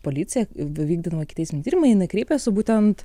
policija vykdant ikiteisminį tyrimą jinai kreipiasi būtent